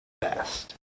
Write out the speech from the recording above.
best